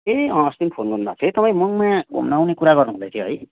ए अँ अस्ति पनि फोन गर्नु भएको थियो है तपाईँ मङमाया घुम्न आउने कुरा गर्नु हुँदै थियो है